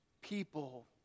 people